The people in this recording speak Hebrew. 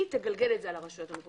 היא תגלגל את זה על הרשויות המקומיות.